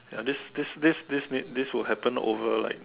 ya this this this this this may this will happen over like